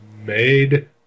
made